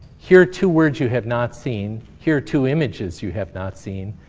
here are two words you have not seen. here are two images you have not seen.